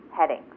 headings